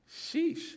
sheesh